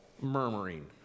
murmuring